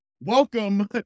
welcome